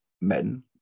men